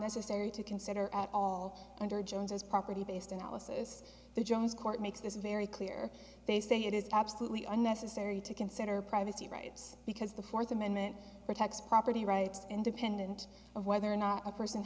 necessary to consider at all under jones as property based analysis the court makes this very clear they say it is absolutely unnecessary to consider privacy rights because the fourth amendment protects property rights independent of whether or not a person